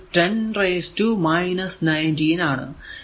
602 10 ന്റെ പവർ 19 ആണ്